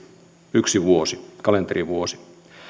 yksi vuosi kalenterivuosi